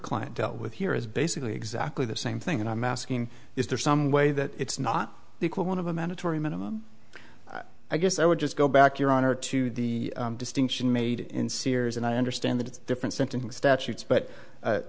client dealt with here is basically exactly the same thing and i'm asking is there some way that it's not the equivalent of a mandatory minimum i guess i would just go back your honor to the distinction made in sears and i understand that it's different sentencing statutes but